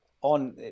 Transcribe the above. on